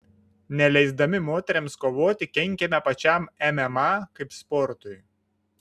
neleisdami moterims kovoti kenkiame pačiam mma kaip sportui